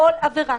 בכל עבירה,